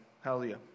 Hallelujah